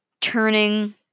turning